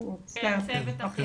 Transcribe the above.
אתם אמורים לפקח גם